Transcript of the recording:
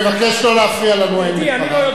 אני מבקש לא להפריע לנואם בדבריו.